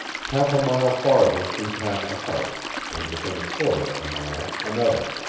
half a mile farther we passed a house, and within a quarter of a mile another.